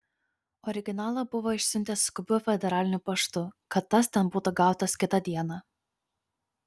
originalą buvo išsiuntęs skubiu federaliniu paštu kad tas ten būtų gautas kitą dieną